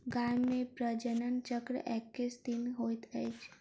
गाय मे प्रजनन चक्र एक्कैस दिनक होइत अछि